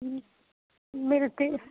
మీరు ఫీజ్